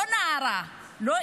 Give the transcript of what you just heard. היא לא נערה, היא לא אישה.